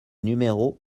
numéro